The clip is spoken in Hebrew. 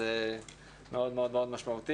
וזה מאוד מאוד מאוד משמעותי.